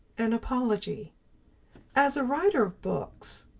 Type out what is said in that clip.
an apology as a writer of books,